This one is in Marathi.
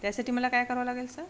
त्यासाठी मला काय करावं लागेल सर